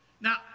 Now